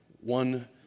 one